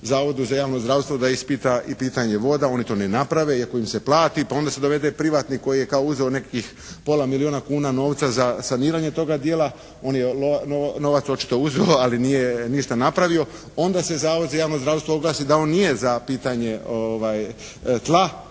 Zavodu za javno zdravstvo da ispita i pitanje voda. Oni to ne naprave iako im se plati. Pa onda se dovede privatnik koji je kao uzeo nekih pola milijuna kuna novca za saniranje toga dijela. On je novac očito uzeo ali nije ništa napravio. Onda se Zavod za javno zdravstvo oglasi da on nije za pitanje tla